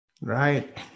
Right